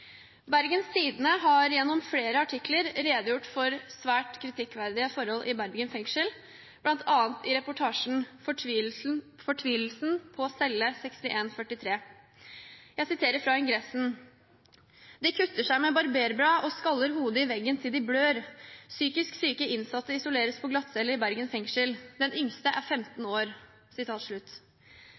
Bergens Tidende har gjennom flere artikler redegjort for svært kritikkverdige forhold i Bergen fengsel, bl.a. i reportasjen «Fortvilelsen på celle 6143». Jeg siterer fra ingressen: «De kutter seg med barberblad og skaller hodet i veggen til de blør. Psykisk syke innsatte isoleres på glattcelle i Bergen fengsel. Den yngste er 15 år.»